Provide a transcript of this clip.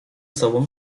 sobą